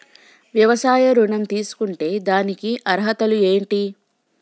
వ్యవసాయ ఋణం తీసుకుంటే దానికి అర్హతలు ఏంటి?